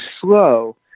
slow